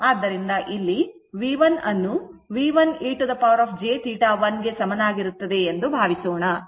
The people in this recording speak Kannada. ಆದ್ದರಿಂದ ಇಲ್ಲಿ V1 ಅನ್ನುV1 e jθ1 ಗೆ ಸಮನಾಗಿರುತ್ತದೆ ಎಂದು ಭಾವಿಸೋಣ